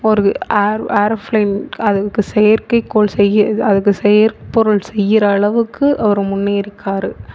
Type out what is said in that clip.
அவருக்கு ஏரோஃபிளேன் அதுக்கு செயற்கைக்கோள் செய்யிறது அதுக்கு செயற்ப்பொருள் செய்கிற அளவுக்கு அவரு முன்னேறிக்கார்